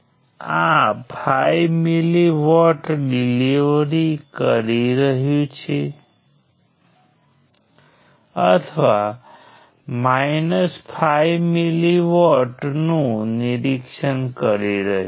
તેથી યાદ રાખો કે આપણે B બ્રાન્ચીઝ સાથેની સર્કિટથી શરૂઆત કરી રહ્યા છીએ અને તેમાંથી આપણે તેને N માઈનસ 1 બ્રાન્ચીઝ લઈ ટ્રીની રચના કરીશું